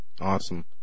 Awesome